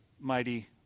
mighty